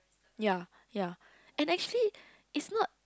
ya ya and actually it's not